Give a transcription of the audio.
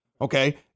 Okay